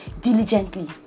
diligently